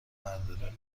برداره